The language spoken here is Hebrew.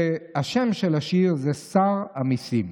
השיר "שר המיסים":